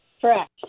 Correct